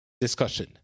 discussion